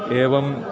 एवं